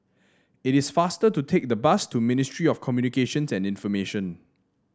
it is faster to take the bus to Ministry of Communications and Information